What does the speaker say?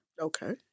okay